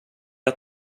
att